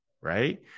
right